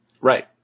Right